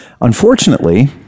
Unfortunately